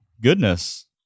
goodness